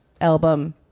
album